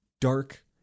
dark